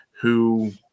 who-